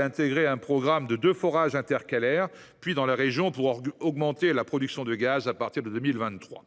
intégrait un programme de deux forages intercalaires dans la région pour augmenter la production de gaz à partir de 2023.